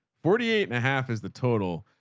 forty eight and a half as the total.